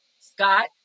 scott